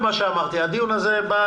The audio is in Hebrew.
הדיון הזה נועד